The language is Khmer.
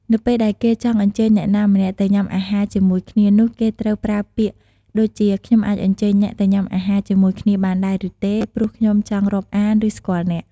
នៅពេលដែលគេចង់អញ្ចើញអ្នកណាម្នាក់ទៅញ៊ាំអាហារជាមួយគ្នានោះគេត្រូវប្រើពាក្យដូចជា "ខ្ញុំអាចអញ្ជើញអ្នកទៅញ៉ាំអាហារជាមួយគ្នាបានដែរ ឬទេ ព្រោះខ្ញុំចង់រាប់អាន ឬស្គាល់អ្នក" ។